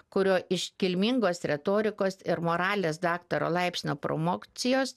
kurio iškilmingos retorikos ir moralės daktaro laipsnio promokcijos